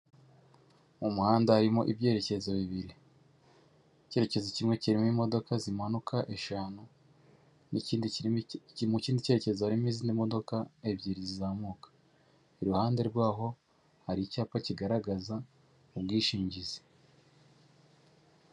Mu muhanda harimo ibyerekezo bibiri, icyerekezo kimwe kirimo imodoka zimanuka eshanu, mu kindi cyerekezo harimo izindi modoka ebyiri zizamuka, iruhande rwaho hari icyapa kigaragaza ubwishingizi.